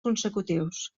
consecutius